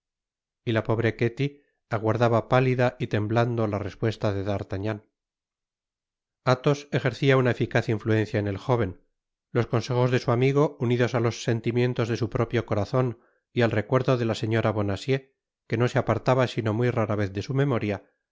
y la pobre'ketty aguardaba pálida y temblando la respuesta de d'artagnan athos ejercia una eficaz influencia en el jóven los consejos de su amigo unidos á tos sentimientos de su propio corazon y al recuerdo de la señora bonacieux que no se apartaba sino muy rara vez de su memoria